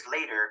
later